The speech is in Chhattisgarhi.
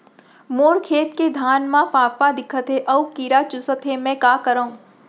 मोर खेत के धान मा फ़ांफां दिखत हे अऊ कीरा चुसत हे मैं का करंव?